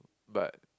but